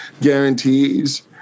guarantees